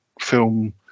film